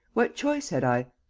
what choice had i?